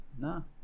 no